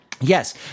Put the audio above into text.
Yes